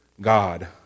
God